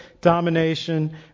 domination